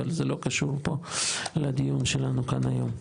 אבל זה לא קשור פה לדיון שלנו כאן היום.